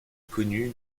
connu